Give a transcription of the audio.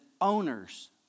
owners